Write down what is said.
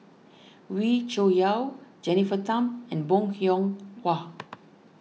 Wee Cho Yaw Jennifer Tham and Bong Hiong Hwa